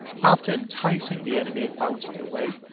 after enticing the enemy out of the way,